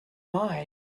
mine